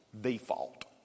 default